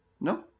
No